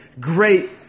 great